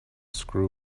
screw